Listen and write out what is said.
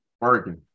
working